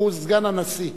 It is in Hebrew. שהוא סגן הנשיא,